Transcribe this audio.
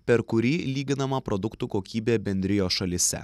per kurį lyginama produktų kokybė bendrijos šalyse